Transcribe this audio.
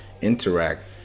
interact